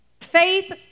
Faith